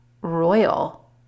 royal